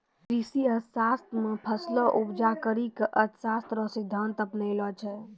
कृषि अर्थशास्त्र मे फसलो उपजा करी के अर्थशास्त्र रो सिद्धान्त अपनैलो छै